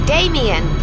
Damien